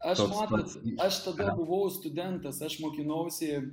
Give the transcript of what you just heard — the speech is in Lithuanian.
aš matot aš tada buvau studentas aš mokinausi